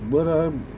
but um